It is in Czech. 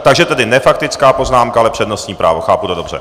Takže tedy ne faktická poznámka, ale přednostní právo, chápu to dobře?